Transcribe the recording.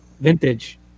vintage